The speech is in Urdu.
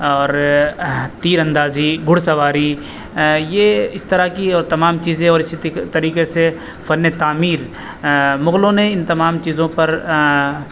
اور تیر اندازی گھڑ سواری یہ اس طرح کی اور تمام چیزیں اور اسی طریقے سے فن تعمیر مغلوں نے ان تمام چیزوں پر